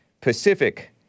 Pacific